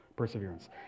Perseverance